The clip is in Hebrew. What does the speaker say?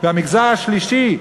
והמגזר השלישי,